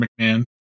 McMahon